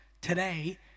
Today